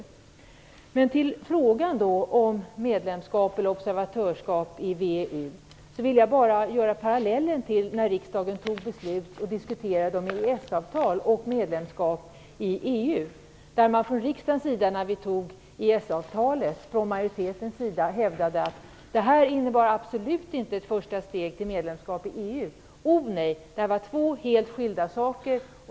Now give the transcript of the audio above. När det gäller frågan om observatörskap respektive medlemskap i VEU vill jag dra parallellen med vad som hände när riksdagen fattade beslut om EES-avtalet. Man diskuterade då kopplingen till ett EU-medlemskap. Majoriteten hävdade då att detta absolut inte var ett första steg mot medlemskap i EU. Oh nej då, sade man, detta är två helt skilda saker.